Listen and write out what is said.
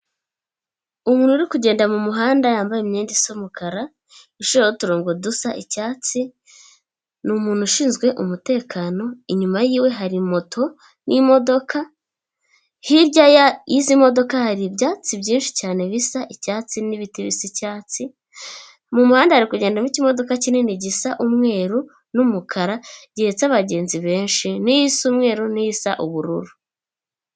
Umuntu uri kugenda mumuhanda yambaye imyenda isa umukara, iciyeho uturongo dusa icyatsi, ni umuntu ushinzwe umutekano, inyuma yiwe hari moto n'imodoka, hirya y'izi modoka hari ibyatsi byinshi cyane bisa icyatsi n'ibiti bisa icyatsi, mu muhanda hari kugenda mo ikimodoka kinini gisa umweru n'umukara gihetse abagenzi benshi, n'isa umweru n'isa ubururu.